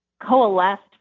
coalesced